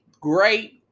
great